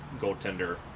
goaltender